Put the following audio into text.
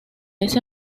este